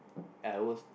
and I was